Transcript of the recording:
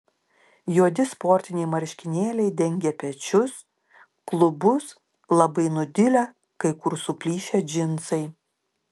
juodi sportiniai marškinėliai dengė pečius klubus labai nudilę kai kur suplyšę džinsai